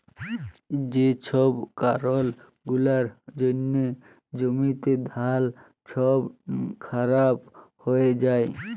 যে ছব কারল গুলার জ্যনহে জ্যমিতে ধাল ছব খারাপ হঁয়ে যায়